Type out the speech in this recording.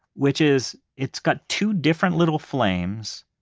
which is, it's got two different little flames.